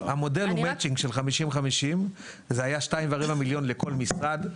המודל הוא מאצ'ינג של 50:50. זה היה 2 ורבע מיליון לכל משרד.